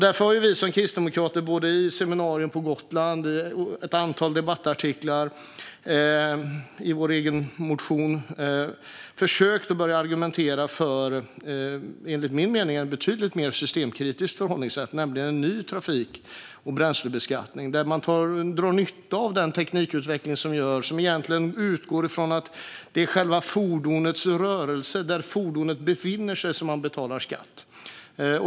Därför har vi kristdemokrater både på seminarium på Gotland, i ett antal debattartiklar och i vår motion försökt argumentera för ett, enligt min mening, betydligt mer systemkritiskt förhållningssätt, nämligen en ny trafik och bränslebeskattning. Här drar man nytta av teknikutvecklingen och utgår från att skatt betalas utifrån fordonets rörelse, där fordonet befinner sig.